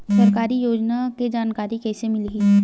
सरकारी योजना के जानकारी कइसे मिलही?